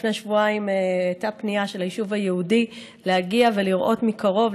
לפני שבועיים הייתה פנייה של היישוב היהודי להגיע ולראות מקרוב,